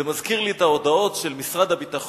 זה מזכיר לי את ההודעות של משרד הביטחון